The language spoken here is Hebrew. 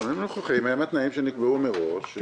התנאים הנוכחיים הם התנאים שנקבעו מראש.